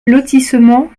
lotissement